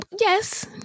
Yes